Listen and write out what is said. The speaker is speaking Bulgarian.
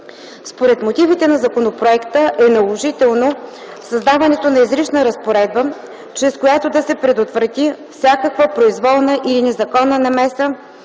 Според мотивите на законопроекта е наложително създаването на изрична разпоредба, чрез която да се предотврати всякаква произволна или незаконна намеса